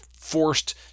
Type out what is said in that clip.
forced